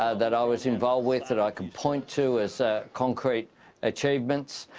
ah that i was involved with, that i could point to as concrete achievements.